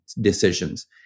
decisions